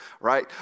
right